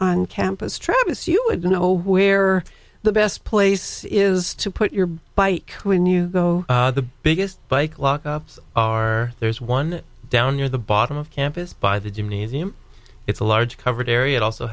on campus travis you would know where the best place is to put your bike when you go the biggest bike lock ups are there's one down near the bottom of campus by the gymnasium it's a large covered area it also